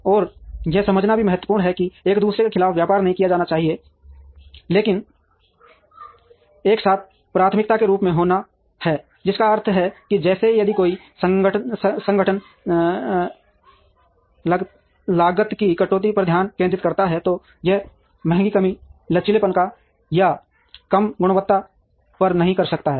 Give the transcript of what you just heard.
और यह समझना भी महत्वपूर्ण है कि ये एक दूसरे के खिलाफ व्यापार नहीं किया जाना है लेकिन एक साथ प्राथमिकता के रूप में होना है जिसका अर्थ है कि जैसे कि यदि कोई संगठन लागत में कटौती पर ध्यान केंद्रित करता है तो यह महंगी कम लचीलेपन या कम गुणवत्ता पर नहीं कर सकता है